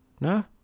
No